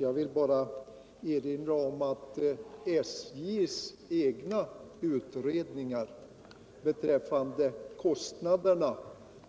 Jag vill bara erinra om att enligt SJ:s egen utredning för några år sedan skulle kostnaderna